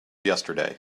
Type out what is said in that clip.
yesterday